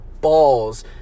balls